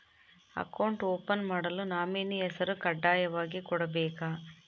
Account open ಮಾಡಲು nominee ಹೆಸರು ಕಡ್ಡಾಯವಾಗಿ ಕೊಡಬೇಕಾ?